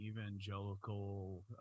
evangelical